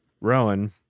Rowan